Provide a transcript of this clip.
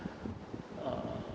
err